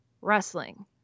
wrestling